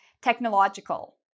technological